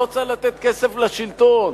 לא צריך לתת כסף לשלטון,